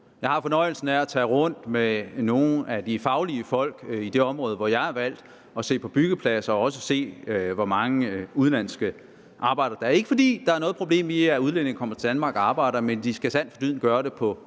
Jeg har fornøjelsen af at tage rundt med nogle af de faglige folk i det område, hvor jeg er valgt, og se på byggepladser og har også set, hvor mange udenlandske arbejdere der er. Det er ikke, fordi der er noget problem i, at udlændinge kommer til Danmark og arbejder, men de skal sandt for dyden gøre det på